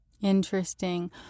Interesting